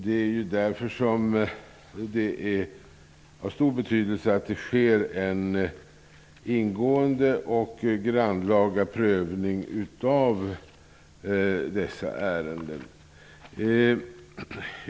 Det är ju därför av stor betydelse att det sker en ingående och grannlaga prövning av dessa ärenden.